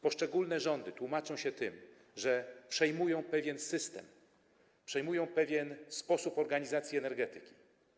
Poszczególne rządy tłumaczą się tym, że przejmują pewien system, przejmują pewien sposób organizacji energetyki.